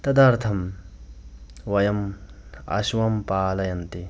तदर्थं वयम् अश्वं पालयन्ति